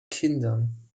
kindern